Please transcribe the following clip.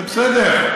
זה בסדר.